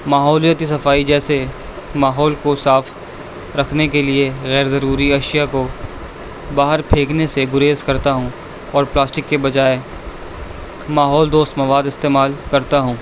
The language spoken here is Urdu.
ماحولیاتی صفائی جیسے ماحول کو صاف رکھنے کے لیے غیرضروری اشیاء کو باہر پھینکنے سے گریز کرتا ہوں اور پلاسٹک کے بجائے ماحول دوست مواد استعمال کرتا ہوں